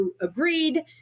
agreed